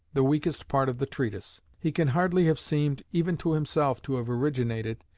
the weakest part of the treatise. he can hardly have seemed even to himself to have originated,